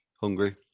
hungry